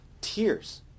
tears